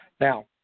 Now